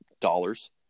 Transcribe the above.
dollars